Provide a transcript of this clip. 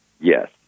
Yes